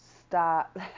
stop